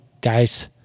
guys